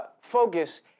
focus